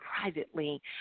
privately